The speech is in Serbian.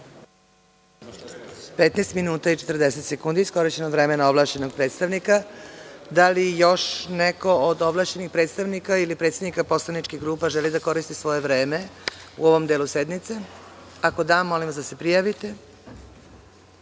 minuta i 40 sekundi iskorišćeno od vremena ovlašćenog predstavnika. Da li još neko od ovlašćenih predstavnika ili predsednika poslaničkih grupa želi da koristi svoje vreme, u ovom delu sednice? Ako da, molim vas da se prijavite. Pošto